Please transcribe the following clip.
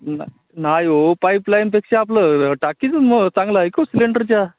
नाही नाही हो पाईपलाईनपेक्षा आपलं टाकीच मग चांगला आहे की ओ सिलेंडरच्या